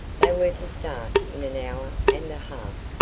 they were to start in an hour and a half.